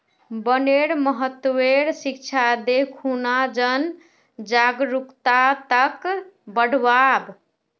वनेर महत्वेर शिक्षा दे खूना जन जागरूकताक बढ़व्वा